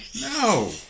no